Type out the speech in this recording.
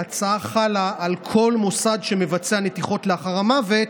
ההצעה חלה על כל מוסד שמבצע נתיחות לאחר המוות,